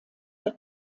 der